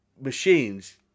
machines